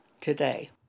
today